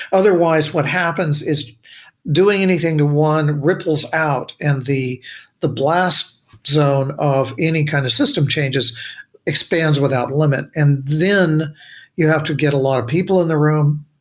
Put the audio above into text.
otherwise what happens is doing anything to one ripples out and the the blast zone of any kind of system changes expands without limit, and then you have to get a lot of people in the room,